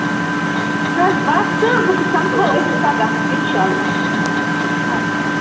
بَس بَس تہٕ ووٚں سَمکھو أسۍ پَگہہ اِنشاللہ ادٕ حظ ادٕ حظ